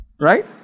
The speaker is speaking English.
right